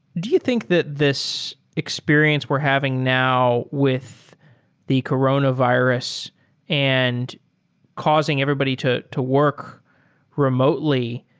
do you think that this experience we're having now with the coronavirus and causing everybody to to work remotely,